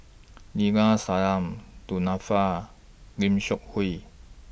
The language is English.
Neila Du Nanfa Lim Seok Hui